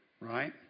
right